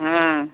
हाँ